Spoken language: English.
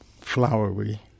flowery